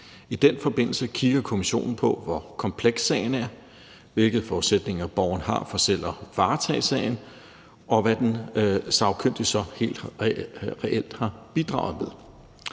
I den forbindelse kigger kommissionen på, hvor kompleks sagen er, hvilke forudsætninger borgeren har for selv at varetage sagen, og hvad den sagkyndige så helt reelt har bidraget med.